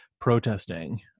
protesting